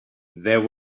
there